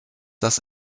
das